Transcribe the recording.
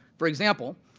for example,